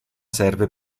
serve